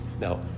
Now